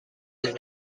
their